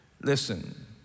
Listen